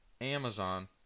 Amazon